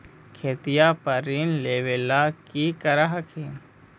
खेतिया पर ऋण लेबे ला की कर हखिन?